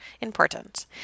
important